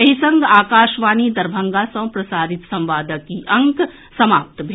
एहि संग आकाशवाणी दरभंगा सँ प्रसारित संवादक ई अंक समाप्त भेल